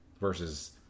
Versus